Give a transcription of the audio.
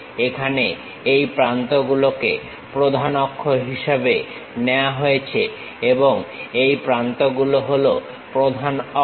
এখানে এই প্রান্তগুলোকে প্রধান অক্ষ হিসেবে নেওয়া যেতে পারে এই প্রান্তগুলো হল প্রধান অক্ষ